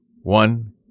One